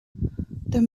there